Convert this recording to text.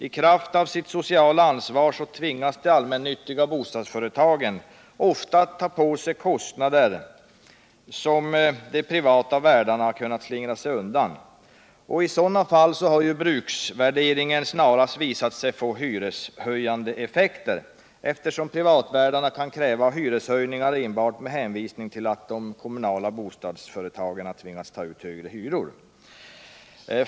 I kraft av sitt sociala ansvar tvingas de 29 maj 1978 allmännyttiga bostadsföretagen ofta att ta på sig kostnader som de privata värdarna kunnat slingra sig undan. I sådana fall har ju bruksvärderingen snarast visat sig få hyreshöjande effekter, eftersom privatvärdarna kan kräva hyreshöjningar enbart med hänvisning till att de kommunala bostadsföretagarna tvingas ta ut högre hyror.